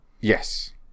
Yes